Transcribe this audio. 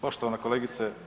Poštovana kolegice…